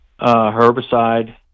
herbicide